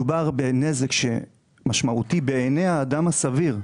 מדובר בנזק משמעותי בעיני האדם הסביר,